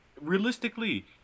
realistically